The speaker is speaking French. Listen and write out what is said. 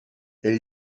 elle